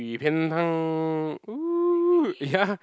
鱼片汤:Yu-Pian-Tang ya